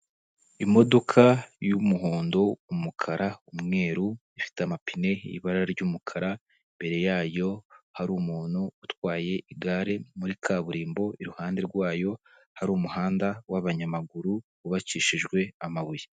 Imodoka y'umuhondo; umukara; umweru ifite amapine ibara ry'umukara mbere yayo hari umuntu utwaye igare muri kaburimbo, iruhande rwayo hari umuhanda wa banyamaguru wubakishijwe amabuye.